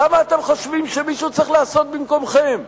למה אתם חושבים שמישהו צריך לעשות במקומכם?